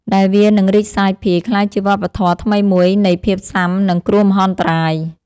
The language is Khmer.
ដែលវានឹងរីកសាយភាយក្លាយជាវប្បធម៌ថ្មីមួយនៃភាពស៊ាំនឹងគ្រោះមហន្តរាយ។